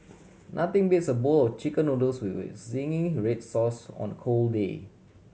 nothing beats a bowl of Chicken Noodles with zingy red sauce on a cold day